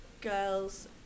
girls